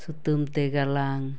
ᱥᱩᱛᱟᱹᱢ ᱛᱮ ᱜᱟᱞᱟᱝ